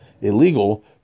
illegal